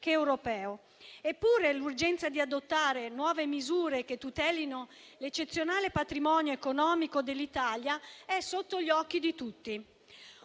sia europeo. Eppure l'urgenza di adottare nuove misure che tutelino l'eccezionale patrimonio economico dell'Italia è sotto gli occhi di tutti.